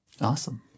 Awesome